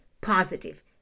positive